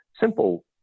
simple